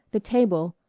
the table,